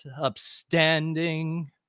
upstanding